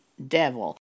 devil